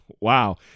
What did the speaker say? Wow